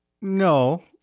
No